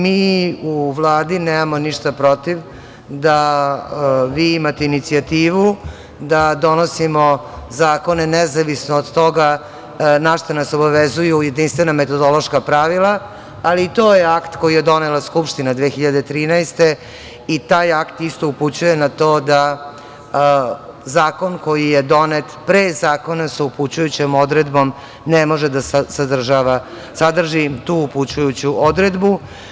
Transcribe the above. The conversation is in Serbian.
Mi u Vladi nemamo ništa protiv da vi imate inicijativu da donosimo zakone nezavisno od toga na šta nas obavezuju jedinstvena metodološka pravila, ali i to je akt koji je donela Skupština 2013. godine i taj akt isto upućuje na to da zakon koji je donet pre zakona sa upućujućom odredbom ne može da sadrži tu upućujuću odredbu.